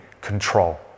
control